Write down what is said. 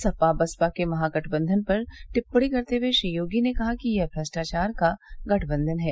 सपा बसपा के महागठबंधन पर टिप्पणी करते हुए श्री योगी ने कहा कि यह भ्रष्टाचार का गठबंधन है